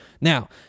Now